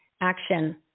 action